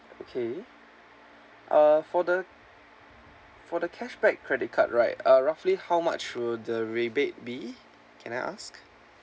okay uh for the for the cashback credit card right uh roughly how much will the rebate be can I ask